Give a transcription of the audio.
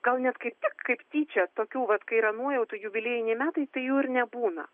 gal net kaip kaip tyčia tokių vat kai yra nuojautų jubiliejiniai metai tai jų ir nebūna